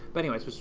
but anyways,